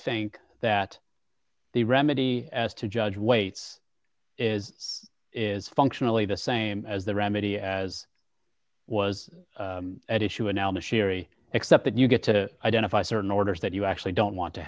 think that the remedy as to judge waits is is functionally the same as the remedy as was at issue a now machinery except that you get to identify certain orders that you actually don't want to